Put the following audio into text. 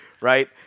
Right